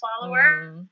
follower